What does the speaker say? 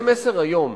זה מסר איום.